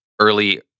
early